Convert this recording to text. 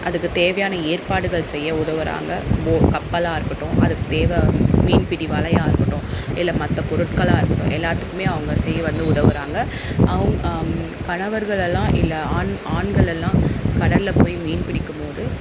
அதுக்கு தேவையான ஏற்பாடுகள் செய்ய உதவுறாங்க ஓ கப்பலாக இருக்கட்டும் அதுக்கு தேவை மீன்பிடி வலையாக இருக்கட்டும் இல்லை மற்ற பொருட்களாக இருக்கட்டும் எல்லாத்துக்குமே அவங்க செய்ய வந்து உதவுறாங்க அவுங்க கணவர்கள் எல்லாம் இல்லை ஆண் ஆண்கள் எல்லாம் கடலில் போய் மீன் பிடிக்கும்மோது